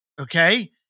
Okay